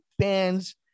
fans